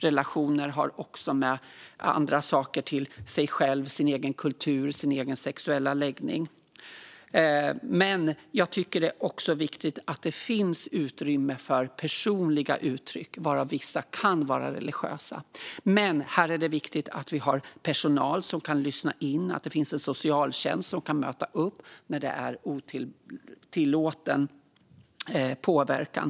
Relationer har också att göra med andra saker, som relationen till sig själv, sin egen kultur och sin egen sexuella läggning. Jag tycker dock också att det är viktigt att det finns utrymme för personliga uttryck, varav vissa kan vara religiösa. Men här är det viktigt att vi har personal som kan lyssna in och att det finns en socialtjänst som kan gå in när det finns otillåten påverkan.